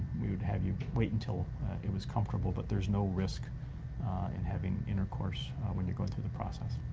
we would have you wait until it was comfortable. but there's no risk in having intercourse when you're going through the process.